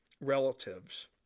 relatives